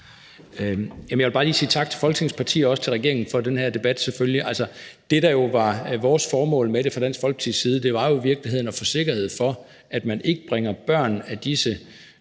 Jeg vil bare lige sige tak til Folketingets partier og også til regeringen for den her debat. Altså, det, der var vores formål med det fra Dansk Folkepartis side, var jo i virkeligheden at få sikkerhed for, at man ikke bringer børn af disse